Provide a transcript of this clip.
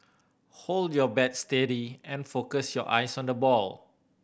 hold your bat steady and focus your eyes on the ball